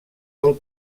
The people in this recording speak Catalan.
del